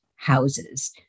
Houses